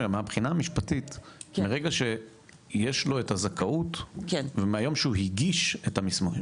שמהבחינה המשפטית מרגע יש לו את הזכאות ומהיום שהוא הגיש את המסמכים